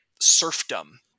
serfdom